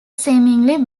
seemingly